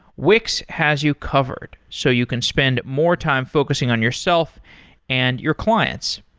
wix has you covered, so you can spend more time focusing on yourself and your clients.